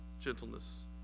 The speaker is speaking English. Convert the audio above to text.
gentleness